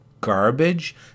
garbage